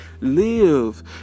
Live